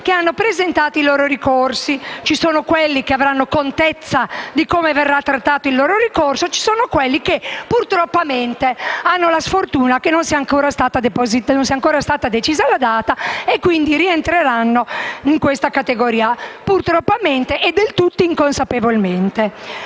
che hanno presentato i loro ricorsi: ci sono quelli che avranno contezza di come verrà trattato il loro ricorso e quelli che "purtroppamente" avranno la sfortuna che non sia ancora stata decisa la data e quindi rientreranno in questa categoria "purtroppamente" e del tutto inconsapevolmente.